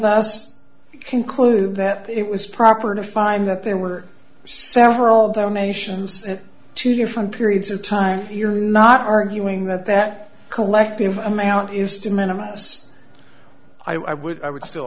thus conclude that it was proper to find that there were several donations at two different periods of time you're not arguing that that collective amount is to minimize i would i would still